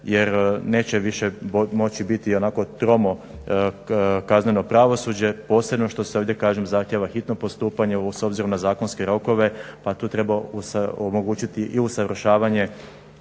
jer neće više moći biti i onako tromo kazneno pravosuđe, posebno što se ovdje kažem zahtjeva hitno postupanje s obzirom na zakonske rokove pa tu trebao omogućiti i usavršavanje